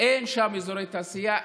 אין שם אזורי תעשייה,